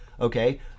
okay